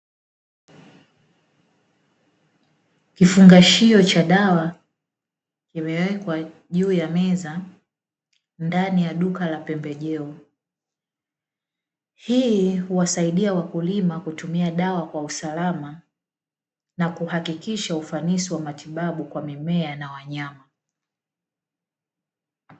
Kifungashio cha dawa, kimewekwa juu ya meza ndani ya duka la pembejeo. Hii huwasaidia wakulima kutumia dawa kwa usalama na kuhakikisha ufanisi wa matibabu kwa mimea na wanyama.